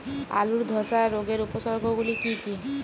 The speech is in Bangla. আলুর ধসা রোগের উপসর্গগুলি কি কি?